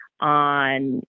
on